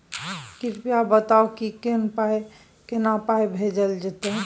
कृपया बताऊ की केना पाई भेजल जेतै?